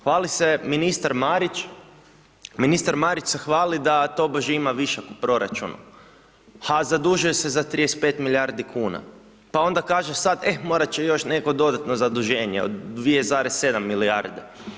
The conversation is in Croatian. Hvali se ministar Marić, ministar Marić se hvali da tobože ima višak u proračunu, ha zadužuje se za 35 milijardi kuna, pa onda kaže sad eh, morat će još neko dodatno zaduženje od 2,7 milijarde.